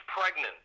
pregnant